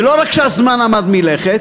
ולא רק שהזמן עמד מלכת